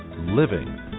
living